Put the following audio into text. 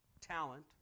talent